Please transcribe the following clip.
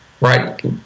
right